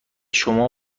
شما